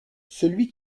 celui